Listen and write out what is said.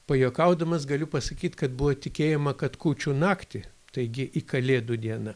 pajuokaudamas galiu pasakyt kad buvo tikėjama kad kūčių naktį taigi į kalėdų dieną